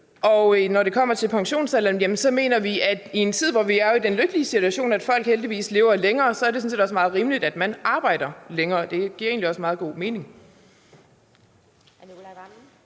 Og når det kommer til pensionsalderen, mener vi, at i en tid, hvor vi er i den lykkelige situation, at folk heldigvis lever længere, er det sådan set også meget rimeligt, at man arbejder længere. Det giver egentlig også meget god mening.